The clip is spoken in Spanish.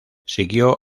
siguió